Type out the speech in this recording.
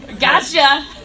Gotcha